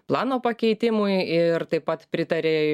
plano pakeitimui ir taip pat pritarė